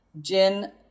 Gin